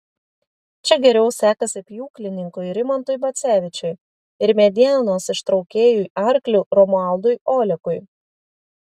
čia geriau sekasi pjūklininkui rimantui bacevičiui ir medienos ištraukėjui arkliu romualdui olekui